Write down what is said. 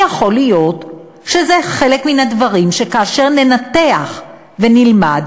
יכול להיות שזה חלק מן הדברים שכאשר ננתח ונלמד,